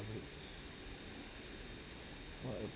what